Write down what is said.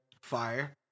Fire